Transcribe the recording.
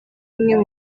umwe